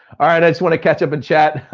alright, i just wanna catch up in chat.